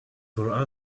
for